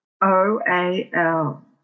O-A-L